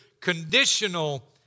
conditional